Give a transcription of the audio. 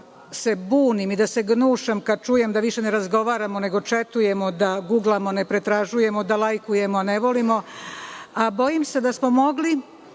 se bunim i da se gnušam kad čujem da više ne razgovaramo nego četujemo, da guglamo ne pretražujemo, da lajkujemo a ne volimo, a bojim se da smo mogli